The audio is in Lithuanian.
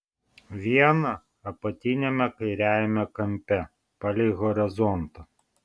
viena apatiniame kairiajame kampe palei horizontą